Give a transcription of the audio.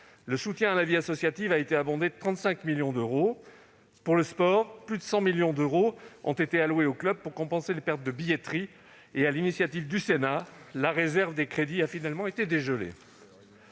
Le soutien à la vie associative a été abondé de 35 millions d'euros. Pour le sport, plus de 100 millions d'euros ont été alloués aux clubs pour compenser les pertes de billetterie et, sur l'initiative du Sénat, la réserve des crédits a finalement été dégelée.